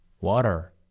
Water